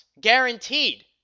guaranteed